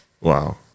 Wow